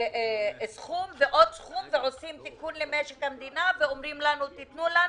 תחום ועוד תחום ועושים תיקון למשק המדינה ואומרים לנו: תנו לנו